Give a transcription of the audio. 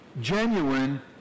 genuine